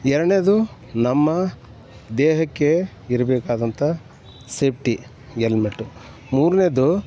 ಎರಡನೇದು ನಮ್ಮ ದೇಹಕ್ಕೆ ಇರಬೇಕಾದಂಥ ಸೇಫ್ಟಿ ಎಲ್ಮೆಟ್ಟು ಮೂರನೇದು